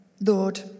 Lord